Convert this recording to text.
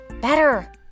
better